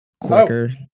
quicker